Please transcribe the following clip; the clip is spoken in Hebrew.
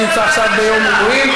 חבר הכנסת קיש נמצא עכשיו ביום מילואים.